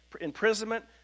imprisonment